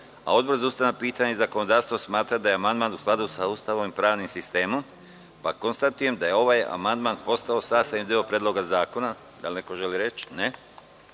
a Odbor za ustavna pitanja i zakonodavstvo smatra da je amandman u skladu sa Ustavom i pravnim sistemom, pa konstatujem da je ovaj amandman postao sastavni deo Predloga zakona. Da li neko želi reč?